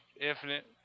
Infinite